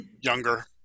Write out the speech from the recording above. younger